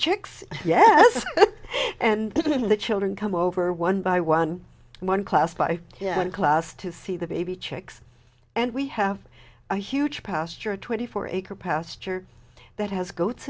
chicks yet and the children come over one by one one class by class to see the baby chicks and we have a huge pasture twenty four acre pasture that has goats